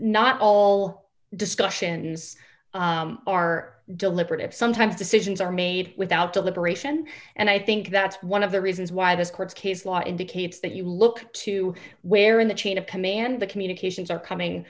not all discussions are deliberative sometimes decisions are made without deliberation and i think that's one of the reasons why this court case law indicates that you look to where in the chain of command the communications are coming